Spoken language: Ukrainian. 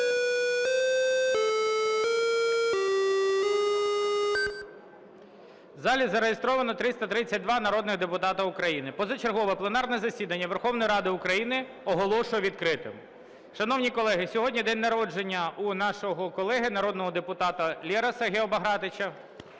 залі зареєстровано 332 народних депутати України. Позачергове пленарне засідання Верховної Ради України оголошую відкритим. Шановні колеги, сьогодні день народження у нашого колеги народного депутата Лероса Гео Багратовича.